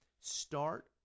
start